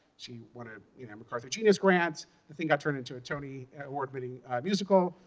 she won a you know macarthur genius grant, that thing got turned into a tony-award-winning musical,